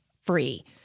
free